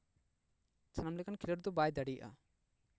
ᱥᱟᱱᱟᱢ ᱠᱷᱮᱞᱳᱰ ᱫᱚ ᱵᱟᱭ ᱫᱟᱲᱮᱭᱟᱜᱼᱟ